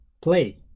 play